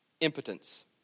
impotence